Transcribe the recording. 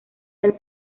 del